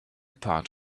part